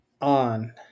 on